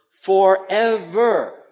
forever